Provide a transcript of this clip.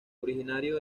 originario